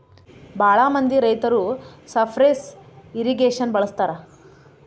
ಭಾಳ ಮಂದಿ ರೈತರು ಸರ್ಫೇಸ್ ಇರ್ರಿಗೇಷನ್ ಬಳಸ್ತರ